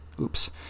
oops